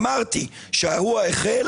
אמרתי שהאירוע החל